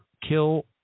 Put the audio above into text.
kill